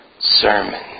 sermon